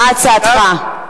חבר הכנסת אלסאנע, מה הצעתך?